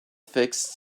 fixed